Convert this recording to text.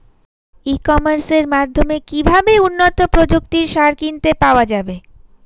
ই কমার্সের মাধ্যমে কিভাবে উন্নত প্রযুক্তির সার কিনতে পাওয়া যাবে?